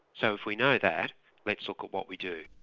so if we know that let's look at what we do.